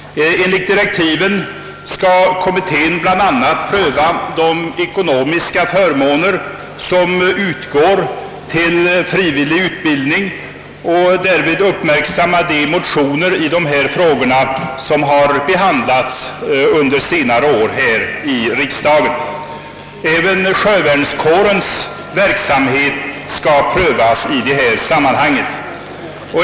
Enligt direktiven skall kommittén bl.a. pröva de ekonomiska förmåner som utgår vid frivillig utbildning och därvid uppmärksamma de motioner i dessa frågor som har behandlats under senare år här i riksdagen. Även sjövärnskårens verksamhet skall prövas i detta sammanhang.